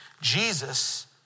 Jesus